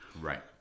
Right